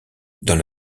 dans